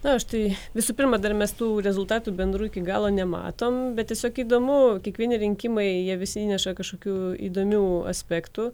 aš tai visų pirma dar mes tų rezultatų bendrų iki galo nematom bet tiesiog įdomu kiekvieni rinkimai jie visi įneša kažkokių įdomių aspektų